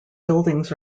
buildings